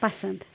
پٮسنٛد